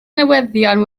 newyddion